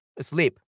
Sleep